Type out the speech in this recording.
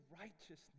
righteousness